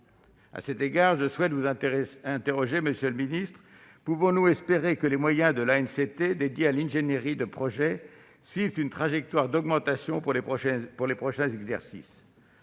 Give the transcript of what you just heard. À cet égard, je souhaite vous interroger, monsieur le secrétaire d'État : pouvons-nous espérer que les moyens de l'ANCT consacrés à l'ingénierie de projets suivent une trajectoire d'augmentation pour les prochains exercices ?